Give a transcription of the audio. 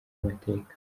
amateka